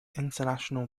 international